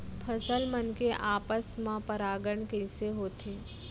फसल मन के आपस मा परागण कइसे होथे?